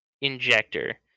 injector